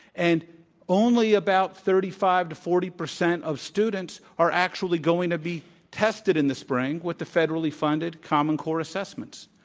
and only about thirty five to forty percent of students are actually going to be tested in the spring with the federally funded common core assessments.